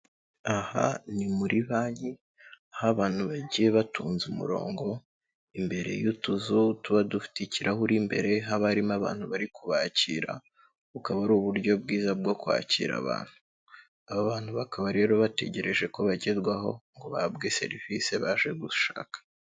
Aha ni muri banki aho abantu bagiye batonze umurongo, imbere y'utuzu tuba dufite ikirahuri imbere, haba harimo abantu bari kubakira, bukaba ari uburyo bwiza bwo kwakira abantu, aba bantu bakaba rero bategereje ko bagerwaho ngo bahabwe serivisi baje gushaka.